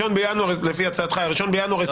לפי הצעתך 1 בינואר 2025. לא,